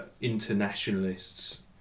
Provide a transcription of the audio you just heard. internationalists